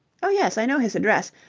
oh, yes. i know his address,